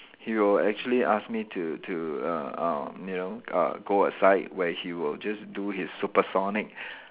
he will actually ask me to to uh uh you know uh go aside where he will just do his supersonic